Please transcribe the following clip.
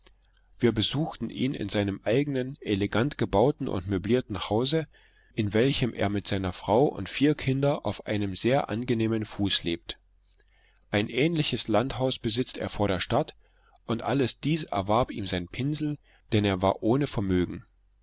wir besuchten ihn in seinem eigenen elegant gebauten und möblierten hause in welchem er mit seiner frau und vier kindern auf einem sehr angenehmen fuß lebt ein ähnliches landhaus besitzt er vor der stadt und alles dieses erwarb ihm sein pinsel denn er war ohne vermögen